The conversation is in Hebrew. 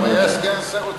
הוא היה סגן שר אוצר,